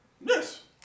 Yes